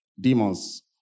Demons